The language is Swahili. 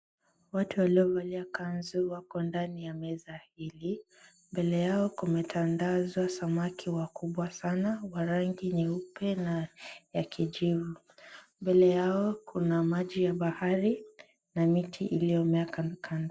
Watu waliovalia kanzu wako ndani ya meza hili. Mbele yao kumetandazwa samaki wakubwa sana wa rangi nyeupe na ya kijivu. Mbele yao kuna maji ya bahari na miti iliyomea katikati.